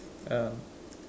um